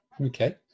Okay